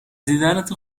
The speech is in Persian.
دیدنتون